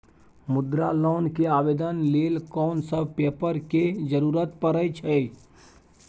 मुद्रा लोन के आवेदन लेल कोन सब पेपर के जरूरत परै छै?